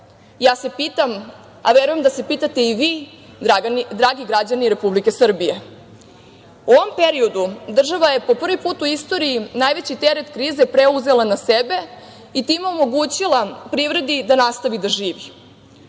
se pitam a verujem da se pitate i vi, dragi građani Republike Srbije, u ovom periodu, država je po prvi put u istoriji, najveći teret krize preuzela na sebe i time omogućila privredi da nastavi da živi. Da